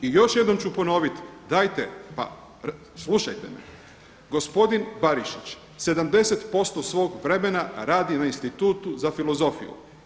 I još jednom ću ponoviti, dajte pa slušajte me, gospodin Barišić 70% svog vremena radi na Institutu za filozofiju.